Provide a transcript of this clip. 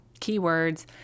keywords